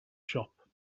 shop